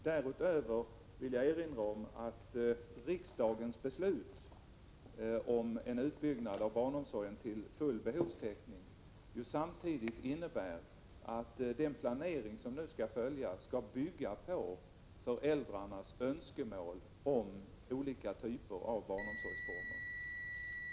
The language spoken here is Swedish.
Därutöver vill jag erinra om att riksdagens beslut om en utbyggnad av barnomsorgen till full behovstäckning ju samtidigt innebär att den planering som nu skall följas skall bygga på föräldrarnas önskemål om olika typer av barnomsorgsformer.